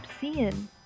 seeing